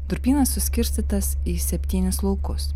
durpynas suskirstytas į septynis laukus